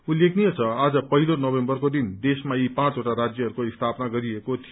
उत्लेखनीय छ आज पहिलो नोभेम्वरको दिन देशमा यी पाँचवटा राज्यहरूको स्थापना गरिएको थियो